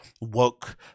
woke